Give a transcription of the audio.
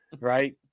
right